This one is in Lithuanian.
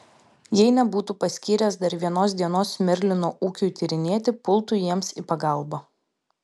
jei nebūtų paskyręs dar vienos dienos merlino ūkiui tyrinėti pultų jiems į pagalbą